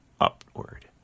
upward